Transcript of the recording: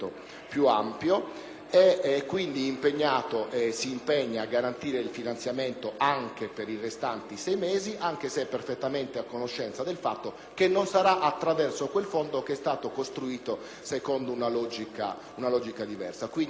il Governo si impegna a garantire il finanziamento anche per i restanti sei mesi, anche se è perfettamente a conoscenza del fatto che ciò avverrà attraverso quel fondo che è stato costruito secondo una logica diversa. Quindi, formalmente,